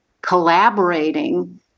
collaborating